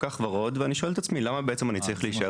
כך ורוד ואני שואל את עצמי למה בעצם אני צריך להישאר